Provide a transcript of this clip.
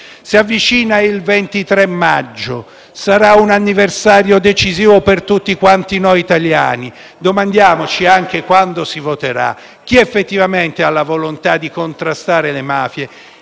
Si avvicina il 23 maggio e sarà un anniversario decisivo per tutti noi italiani. Domandiamoci, quando si voterà, anche chi effettivamente ha la volontà di contrastare le mafie